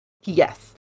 Yes